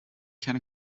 can